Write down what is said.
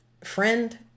friend